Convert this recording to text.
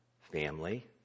family